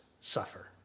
suffer